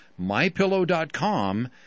MyPillow.com